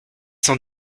sans